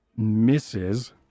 misses